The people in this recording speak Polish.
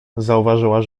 zauważyła